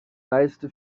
reiste